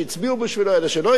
אלה שלא הצביעו בשבילו,